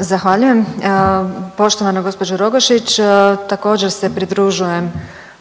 Zahvaljujem. Poštovana gđo. Rogošić, također se pridružujem